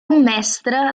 mestre